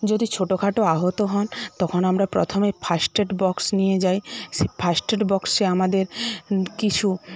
যদি ছোটো খাটো আহত হন তখন আমরা প্রথমে ফার্স্ট এড বক্স নিয়ে যাই সেই ফার্স্ট এড বক্সে আমাদের কিছু